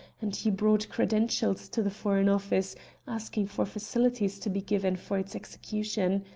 and he brought credentials to the foreign office asking for facilities to be given for its execution.